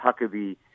Huckabee